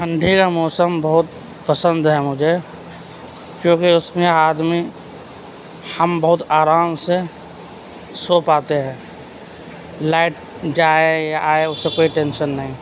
ٹھنڈی کا موسم بہت پسند ہے مجھے کیونکہ اس میں آدمی ہم بہت آرام سے سو پاتے ہیں لائٹ جائے یا آئے اس سے کوئی ٹینشن نہیں